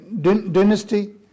dynasty